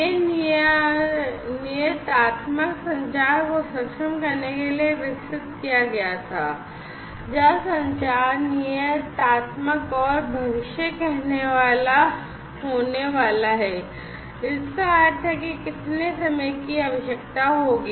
यह नियतात्मक संचार को सक्षम करने के लिए विकसित किया गया था जहां संचार नियतात्मक और भविष्य कहनेवाला होने वाला है जिसका अर्थ है कि कितना समय की आवश्यकता होगी